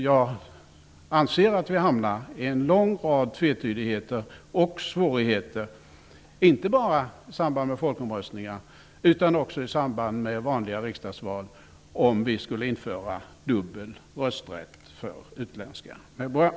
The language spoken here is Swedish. Jag anser att vi hamnar i en situation med en lång rad tvetydigheter och svårigheter, inte bara i samband med folkomröstningar utan också i samband med vanliga riksdagsval, om vi inför dubbel rösträtt för utländska medborgare.